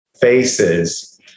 faces